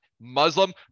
Muslim